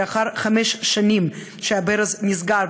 לאחר חמש שנים הברז נסגר,